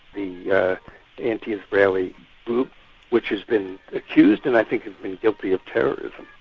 the yeah anti-israeli group which has been accused and i think been guilty of terrorism.